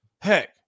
Heck